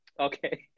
Okay